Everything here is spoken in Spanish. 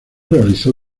realizó